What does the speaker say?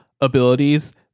abilities